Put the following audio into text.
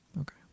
Okay